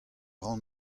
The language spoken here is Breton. ran